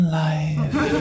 life